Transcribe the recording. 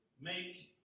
Make